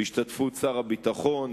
בהשתתפות שר הביטחון,